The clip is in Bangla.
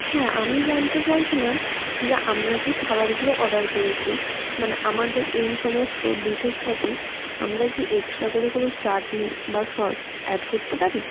হ্যাঁ আমি জানতে চাইছিলাম যে আমরা যেই খাবারগুলো অর্ডার করেছি মানে আমাদের এই সমস্ত ডিশের সাথে আমরা কি এক্সট্রা করে কোনও চাটনি বা সস অ্যাড করতে পারি